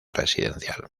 residencial